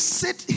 sit